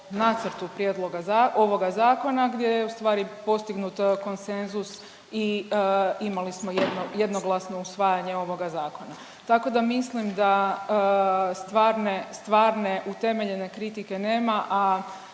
Nacrtu prijedloga ovoga zakona gdje je u stvari postignut konsenzus i imali smo jednoglasno usvajanje ovoga zakona. Tako da mislim da stvarne, utemeljene kritike nema,